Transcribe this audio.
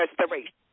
restoration